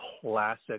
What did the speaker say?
classic